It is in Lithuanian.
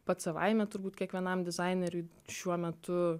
pats savaime turbūt kiekvienam dizaineriui šiuo metu